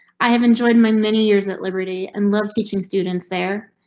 i have enjoyed my many years at liberty and love teaching students there.